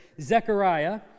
Zechariah